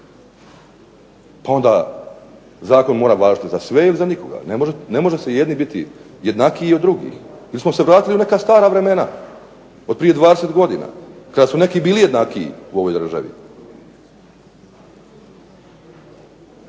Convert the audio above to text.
Pa onda zakon mora važiti za sve ili za nikoga. Ne mogu jedni biti jednakiji od drugih. Mi smo se vratili u neka stara vremena otprije 20 godina kada su neki bili jednakiji u ovoj državi.